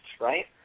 right